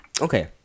Okay